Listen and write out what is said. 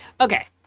Okay